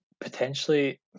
potentially